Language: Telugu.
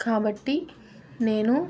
కాబట్టి నేను